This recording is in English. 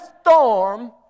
storm